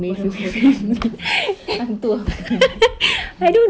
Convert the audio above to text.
hantu apa ni